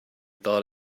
thought